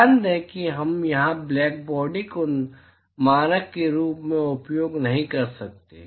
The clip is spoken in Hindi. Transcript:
ध्यान दें कि हम यहां ब्लैक बॉडी को मानक के रूप में उपयोग नहीं कर सकते हैं